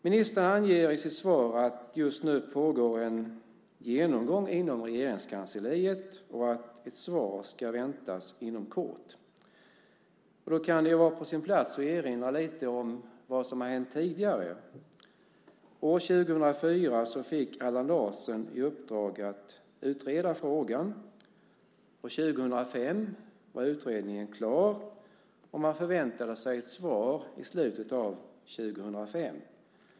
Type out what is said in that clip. Ministern anger i sitt svar att det just nu pågår en genomgång inom Regeringskansliet och att ett svar väntas inom kort. Då kan det ju vara på sin plats att erinra lite om vad som har hänt tidigare. År 2004 fick Allan Larsson i uppdrag att utreda frågan. 2005 var utredningen klar, och man förväntade sig ett svar i slutet av 2005.